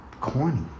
corny